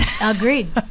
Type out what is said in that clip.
Agreed